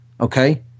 okay